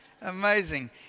amazing